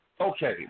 Okay